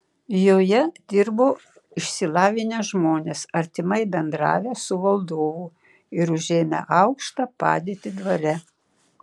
joje dirbo išsilavinę žmonės artimai bendravę su valdovu ir užėmę aukštą padėtį dvare